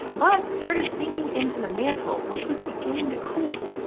but started sinking into the mantle, which was beginning to cool.